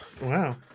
Wow